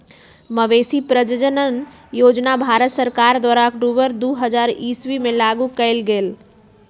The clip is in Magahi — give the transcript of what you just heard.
मवेशी प्रजजन योजना भारत सरकार द्वारा अक्टूबर दू हज़ार ईश्वी में लागू कएल गेल